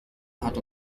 hat